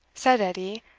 said edie,